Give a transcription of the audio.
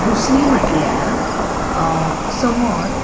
दुसरी म्हटल्यार समज